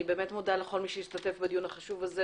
אני מודה לכל המשתתפים בדיון החשוב הזה,